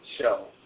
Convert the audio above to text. Show